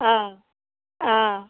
অ অ